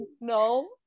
no